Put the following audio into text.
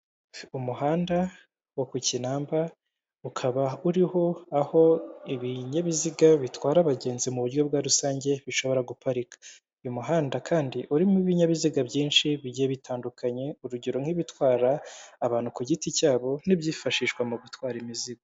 Umuhanda wo ku Kinamba ukaba uriho aho ibinyabiziga bitwara abagenzi mu buryo bwa rusange bishobora guparika, uyu muhanda kandi urimo ibinyabiziga byinshi bigiye bitandukanye urugero, nk'ibitwara abantu ku giti cyabo n'ibyifashishwa mu gutwara imizigo.